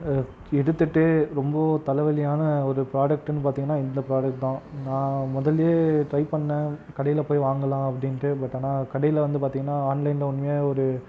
எடுத்துட்டு ரொம்பவும் தலைவலியான ஒரு ப்ராடெக்ட்ன்னு பார்த்திங்கன்னா இந்த ப்ராடெக்ட் தான் நான் முதல்லே ட்ரை பண்ணேன் கடையில் போய் வாங்கலாம் அப்படின்ட்டு பட் ஆனால் கடையில் வந்து பார்த்திங்கன்னா ஆன்லைனில் உண்மையாக ஒரு